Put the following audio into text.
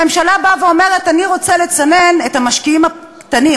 הממשלה באה ואומרת: אני רוצה לצנן את המשקיעים הקטנים,